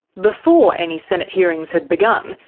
before any senate hearings had begun,